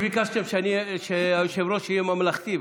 ביקשתם שהיושב-ראש יהיה ממלכתי,